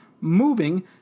moving